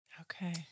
Okay